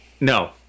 No